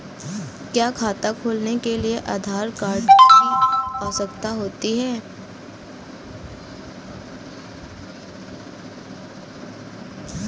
क्या खाता खोलने के लिए आधार कार्ड की आवश्यकता होती है?